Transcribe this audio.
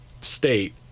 state